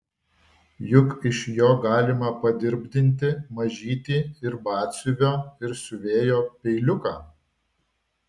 juk iš jo galima padirbdinti mažytį ir batsiuvio ir siuvėjo peiliuką